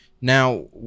Now